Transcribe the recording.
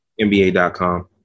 NBA.com